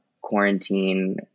quarantine